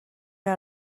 era